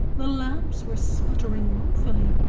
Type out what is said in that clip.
the lamps were sputtering woefully,